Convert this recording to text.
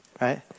right